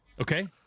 Okay